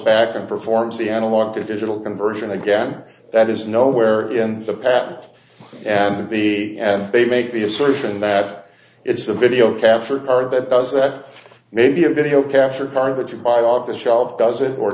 back and performs the analog to digital conversion again that is nowhere in the patent and the they make the assertion that it's a video capture card that does that maybe a video capture card that you buy off the shelf doesn't or